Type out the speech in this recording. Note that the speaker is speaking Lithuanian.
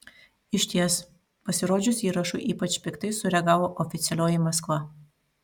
išties pasirodžius įrašui ypač piktai sureagavo oficialioji maskva